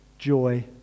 joy